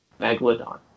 Megalodon